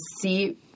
see